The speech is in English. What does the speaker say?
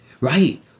Right